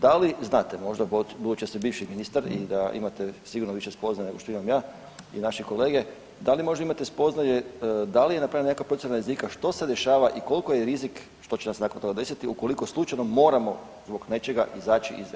Da li znate možda budući da ste bivši ministar i da imate sigurno više spoznaja nego što imam ja i naši kolege, da li možda imate spoznaje da li napravljena neka procjena rizika što se dešava i koliko je rizik, što će nam se nakon toga desiti ukoliko slučajno moramo zbog nečega izaći iz Eurozone?